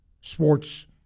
sports